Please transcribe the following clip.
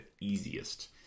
easiest